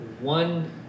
one